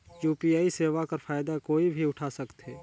UPI सेवा कर फायदा कोई भी उठा सकथे?